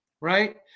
right